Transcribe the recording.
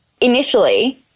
Initially